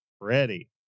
ready